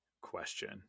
question